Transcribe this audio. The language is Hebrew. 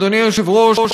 אדוני היושב-ראש,